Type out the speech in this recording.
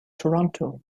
toronto